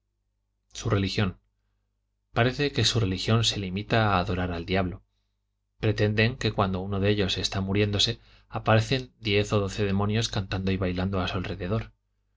su religión parece que su religión se limita a adorar al diablo pretenden que cuando uno de ellos está muriéndose aparecen diez o doce demonios cantando y bailando a su alrededor